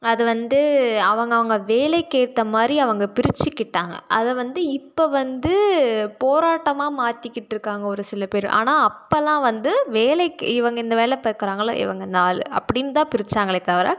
அதை வந்து அவங்கவங்க வேலைக்கேற்ற மாதிரி அவங்க பிரிச்சுக்கிட்டாங்க அதை வந்து இப்போ வந்து போராட்டமாக மாற்றிக்கிட்ருக்காங்க ஒரு சில பேர் ஆனால் அப்பெலாம் வந்து வேலைக்கு இவங்க இந்த வேலை பார்க்குறாங்களா இவங்க இந்த ஆள் அப்படின்னு தான் பிரித்தாங்களே தவிர